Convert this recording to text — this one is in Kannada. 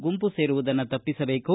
ಗುಂಪು ಸೇರುವುದನ್ನು ತಪ್ಪಿಸಬೇಕು